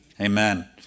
Amen